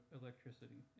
electricity